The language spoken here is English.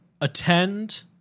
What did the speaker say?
attend